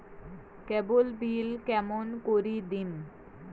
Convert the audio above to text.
কেবল bill কেমন করি দিম?